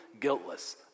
guiltless